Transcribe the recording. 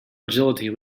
agility